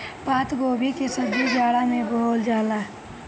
पातगोभी के सब्जी जाड़ा में बोअल जाला